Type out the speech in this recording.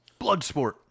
Bloodsport